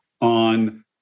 on